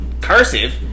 cursive